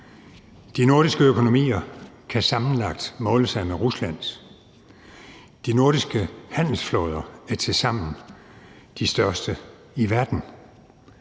De nordiske økonomier kan sammenlagt måle sig med Ruslands. De nordiske handelsflåder er tilsammen de største i verden.